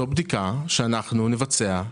זו בדיקה שאנחנו נבצע.